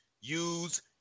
use